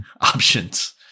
options